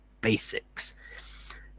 basics